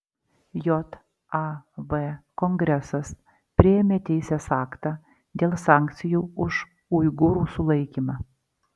jav kongresas priėmė teisės aktą dėl sankcijų už uigūrų sulaikymą